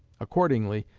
accordingly,